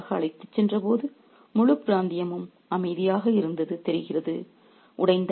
ராஜாவைக் கைதியாக அழைத்துச் சென்றபோது முழுப் பிராந்தியமும் அமைதியாக இருந்தது தெரிகிறது